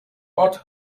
ort